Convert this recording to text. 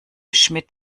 schmidt